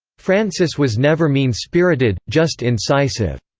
francis was never mean-spirited, just incisive.